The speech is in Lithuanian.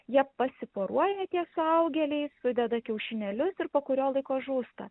jie pasiporuoja tie suaugėliai sudeda kiaušinėlius ir po kurio laiko žūsta